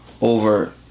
over